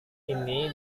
ini